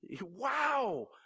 Wow